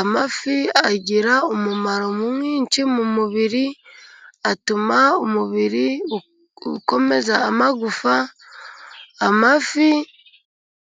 amafi agira umumaro mwinshi mu mubiri， atuma umubiri ukomeza amagufa，amafi